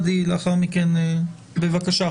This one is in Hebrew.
בבקשה.